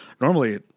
normally